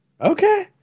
Okay